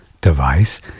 device